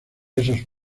esos